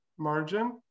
Margin